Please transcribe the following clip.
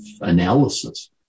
analysis